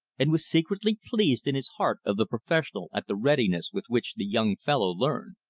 and was secretly pleased in his heart of the professional at the readiness with which the young fellow learned.